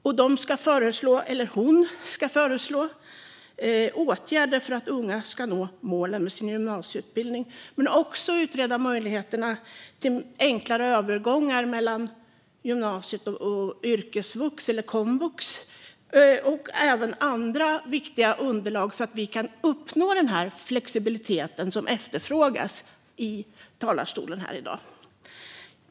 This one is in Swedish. Utredaren ska föreslå åtgärder för att unga ska nå sina mål men också utreda möjligheten till enklare övergång mellan gymnasiet och yrkesvux eller komvux. Utredningen ska även ge andra viktiga underlag så att vi kan uppnå den flexibilitet som bland annat efterfrågats här i dag.